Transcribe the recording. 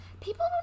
People